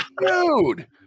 dude